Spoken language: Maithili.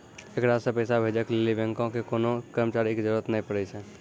एकरा से पैसा भेजै के लेली बैंको के कोनो कर्मचारी के जरुरत नै पड़ै छै